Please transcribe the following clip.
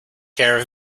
care